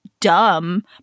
dumb